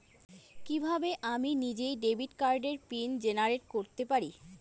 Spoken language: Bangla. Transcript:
কিভাবে আমি নিজেই ডেবিট কার্ডের পিন জেনারেট করতে পারি?